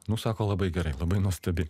nu sako labai gerai labai nuostabi